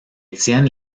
étienne